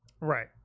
Right